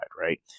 right